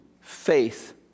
faith